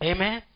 Amen